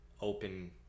open